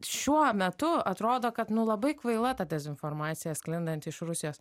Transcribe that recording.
šiuo metu atrodo kad nu labai kvaila ta dezinformacija sklindanti iš rusijos